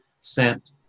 sent